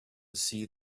see